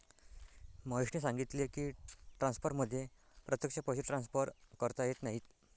महेशने सांगितले की, ट्रान्सफरमध्ये प्रत्यक्ष पैसे ट्रान्सफर करता येत नाहीत